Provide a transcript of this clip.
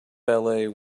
ballet